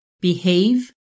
behave